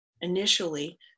initially